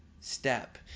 step